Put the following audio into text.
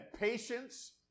patience